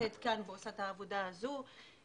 נמצאת כאן ועושה את העבודה הזו.